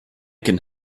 can